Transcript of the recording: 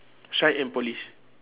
shine and polish